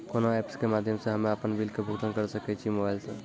कोना ऐप्स के माध्यम से हम्मे अपन बिल के भुगतान करऽ सके छी मोबाइल से?